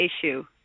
issue